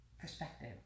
perspective